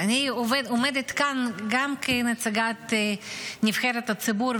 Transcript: אני עומדת כאן גם כנבחרת הציבור,